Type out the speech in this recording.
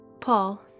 Paul